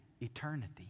eternity